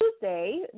Tuesday